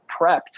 prepped